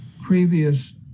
previous